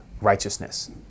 righteousness